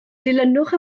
dilynwch